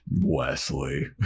wesley